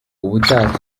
ubutaha